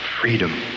freedom